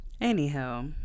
Anyhow